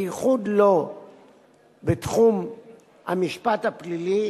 בייחוד לא בתחום המשפט הפלילי,